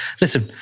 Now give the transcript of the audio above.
Listen